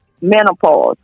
Menopause